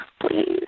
please